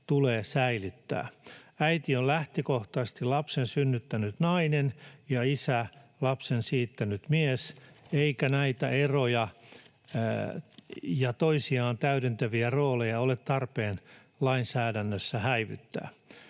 tulee säilyttää. Äiti on lähtökohtaisesti lapsen synnyttänyt nainen ja isä lapsen siittänyt mies, eikä näitä eroja ja toisiaan täydentäviä rooleja ole tarpeen lainsäädännössä häivyttää.